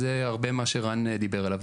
זה הרבה מה שרן דיבר עליו,